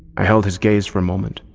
i held his gaze for a moment,